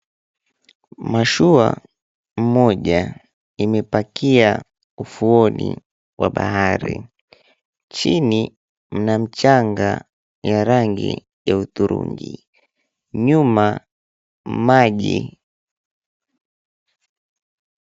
Mashua moja imepakia ufuoni wa bahari. Chini mna mchanga ya rangi ya hudhurungi. Nyuma, maji.